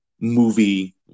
movie